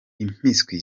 impiswi